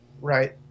right